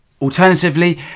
Alternatively